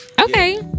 Okay